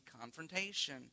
confrontation